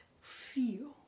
feel